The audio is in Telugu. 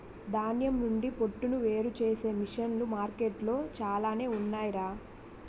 ధాన్యం నుండి పొట్టును వేరుచేసే మిసన్లు మార్కెట్లో చాలానే ఉన్నాయ్ రా